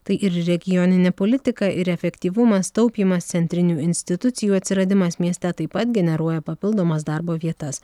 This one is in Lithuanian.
tai ir regioninė politika ir efektyvumas taupymas centrinių institucijų atsiradimas mieste taip pat generuoja papildomas darbo vietas